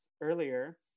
earlier